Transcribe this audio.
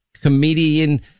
comedian